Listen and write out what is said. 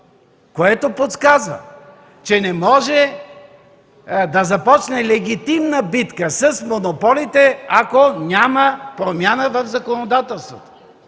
което подсказва, че не може да започне легитимна битка с монополите, ако няма промяна в законодателството.